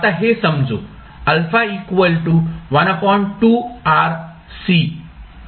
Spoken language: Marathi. आता हे समजू आणि